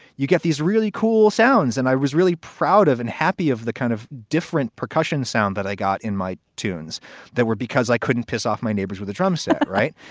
you get these really cool sounds. and i was really proud of and happy of the kind of different percussion sound that i got in my tunes that were because i couldn't piss off my neighbors with a drum set. right.